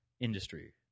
industry